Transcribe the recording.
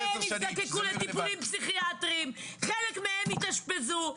חלקם יזדקקו לטיפולים פסיכיאטריים, חלקם יאושפזו.